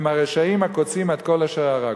הם הרשעים הקוצים את כל אשר הרגו.